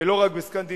ולא רק בסקנדינביה,